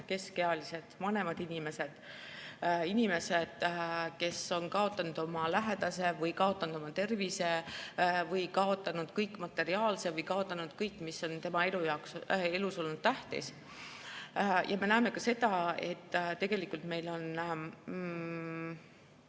keskealised, vanemad inimesed, inimesed, kes on kaotanud oma lähedase või kaotanud oma tervise või kaotanud kõik materiaalse või kaotanud kõik, mis on elus olnud tähtis. Me näeme ka seda, et meil on